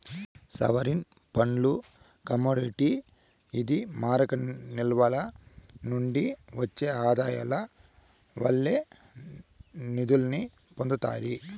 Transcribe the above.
sovereign ఫండ్లు commodity ఇది మారక నిల్వల నుండి ఒచ్చే ఆదాయాల వల్లే నిదుల్ని పొందతాయి